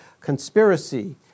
conspiracy